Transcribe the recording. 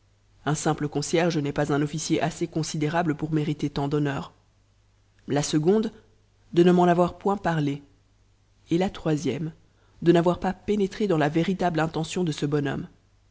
un simple concierge n'est pas un officier assez considérable pour mériter tant d'honnn la seconde de ne m'en avoir point parlé et la troisième de x'aroi pas pénétré dans la véritame intention de ce bon